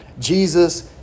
Jesus